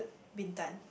Bintan